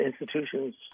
institutions